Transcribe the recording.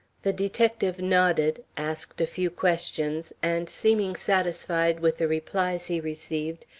the detective nodded, asked a few questions, and seeming satisfied with the replies he received,